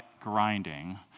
grinding